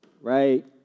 right